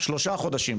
שלושה חודשים,